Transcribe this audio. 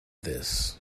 this